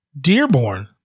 Dearborn